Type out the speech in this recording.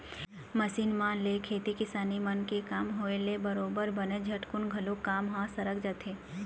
machine मन ले खेती किसानी मन के काम होय ले बरोबर बनेच झटकुन घलोक काम ह सरक जाथे